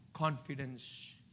Confidence